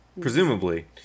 Presumably